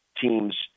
teams